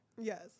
Yes